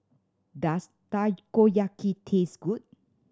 does Takoyaki taste good